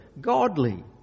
godly